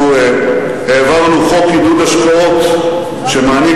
אנחנו העברנו חוק עידוד השקעות שמעניק